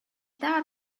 that